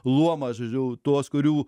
luomą žodžiu tuos kurių